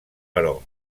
però